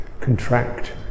contract